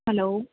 hello